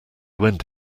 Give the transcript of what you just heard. went